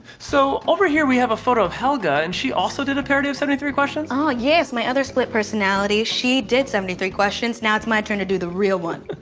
so, over here we have a photo of helga, and she also did a parody of seventy three questions? oh yes, my other split personality. she did seventy three questions, now it's my turn to do the real one.